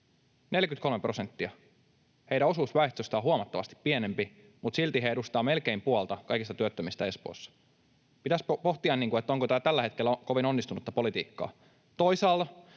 43 prosenttia. Heidän osuutensa väestöstä on huomattavasti pienempi, mutta silti he edustavat melkein puolta kaikista työttömistä Espoossa. Pitäisi pohtia, onko tämä tällä hetkellä kovin onnistunutta politiikkaa.